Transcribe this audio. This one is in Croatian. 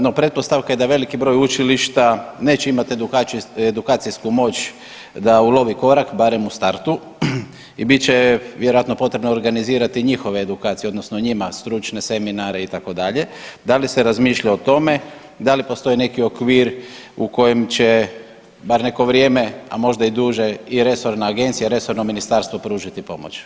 No pretpostavka je da veliki broj učilišta neće imati edukacijsku moć da ulovi korak barem u startu i bit će vjerojatno potrebno organizirati njihove edukacije odnosno njima stručne seminare itd., da li se razmišlja o tome, da li postoje neki okvir u kojem će bar neko vrijeme, a možda i duže i resorna agencija i resorno ministarstvo pružiti pomoć?